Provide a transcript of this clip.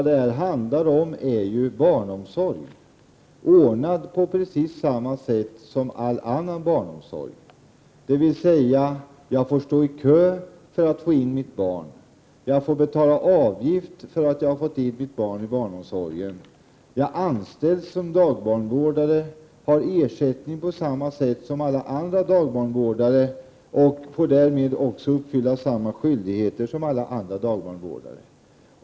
Det handlar ju om barnomsorg ordnad på precis samma sätt som all annan barnomsorg, dvs. man får stå i kö för att få in sitt barn, man får betala avgift för att man har fått in sitt barn i barnomsorgen, man anställs som dagbarnvårdare och har ersättning på samma sätt som alla andra dagbarnvårdare och får därmed också uppfylla samma skyldigheter som alla andra dagbarnvårdare.